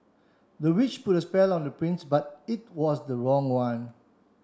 the witch put a spell on the prince but it was the wrong one